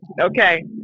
Okay